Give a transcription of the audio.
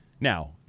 Now